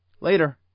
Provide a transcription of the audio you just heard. Later